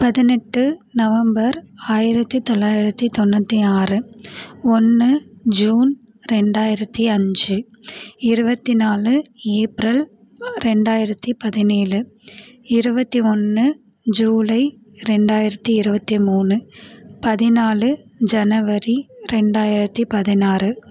பதினெட்டு நவம்பர் ஆயிரத்தி தொள்ளாயிரத்தி தொண்ணூற்றி ஆறு ஒன்று ஜூன் ரெண்டாயிரத்தி அஞ்சு இருபத்தி நாலு ஏப்ரல் ரெண்டாயிரத்தி பதினேழு இருபத்தி ஒன்று ஜூலை ரெண்டாயிரத்தி இருபத்தி மூணு பதினாலு ஜனவரி ரெண்டாயிரத்தி பதினாறு